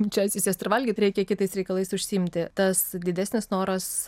čia atsisėst ir valgyt reikia kitais reikalais užsiimti tas didesnis noras